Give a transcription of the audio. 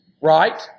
Right